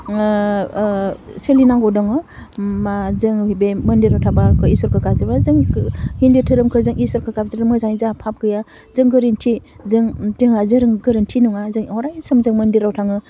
ओह ओह सोलिनांगौ दङ मा जोङो बे मन्दिराव थाबा इसोरखौ गाबज्रिबा जोंखौ हिन्दु धोरोमखौ जों इसोरखौ गाबज्रियो मोजाङै जोंहा फाफ गैया जों गोरोन्थि जों जोंहा जे जों गोरोन्थि नङा जों अराय सम मन्दिराव थाङो